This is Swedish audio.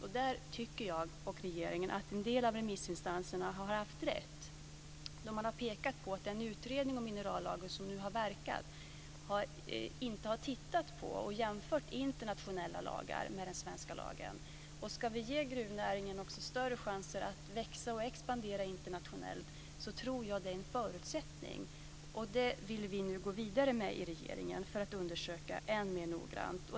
Och där tycker jag och regeringen att en del av remissinstanserna har haft rätt då de har pekat på att den utredning om minerallagen som nu har verkat inte har tittat på och jämfört internationella lagar med den svenska lagen. Och om vi ska ge gruvnäringen större chanser att växa och expandera internationellt tror jag det är en förutsättning. Och det vill vi nu gå vidare med i regeringen och undersöka än mer noggrant.